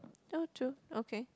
oh true okay